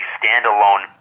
standalone